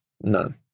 none